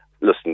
listen